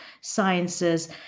sciences